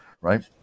right